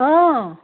অঁ